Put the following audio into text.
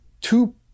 two